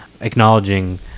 acknowledging